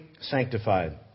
sanctified